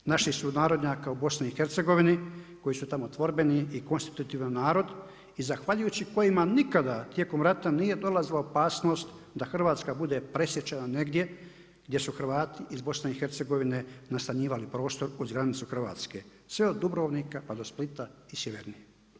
Naših sunarodnjaka u BiH koji su tamo tvorbeni i konstitutivan narod i zahvaljujući kojima nikada tijekom rata nije dolazila opasnost da Hrvatska bude presječena negdje gdje su Hrvati iz BiH nastanjivali prostor uz granicu Hrvatske sve do Dubrovnika pa do Splita i sjevernije.